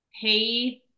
Pay